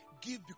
Give